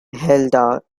hilda